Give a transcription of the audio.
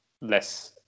less